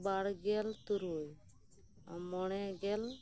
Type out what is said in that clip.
ᱵᱟᱨ ᱜᱮᱞ ᱛᱩᱨᱩᱭ ᱢᱚᱬᱮᱜᱮᱞ